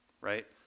right